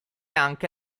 anche